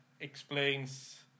explains